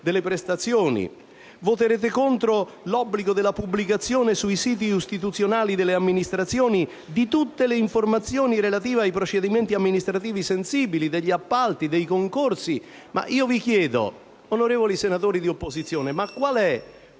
delle prestazioni? Voterete contro l'obbligo della pubblicazione sui siti istituzionali delle amministrazioni di tutte le informazioni relative ai procedimenti amministrativi sensibili, degli appalti, dei concorsi? Vi chiedo, onorevoli senatori di opposizione: qual è